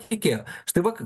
patikėjo štai va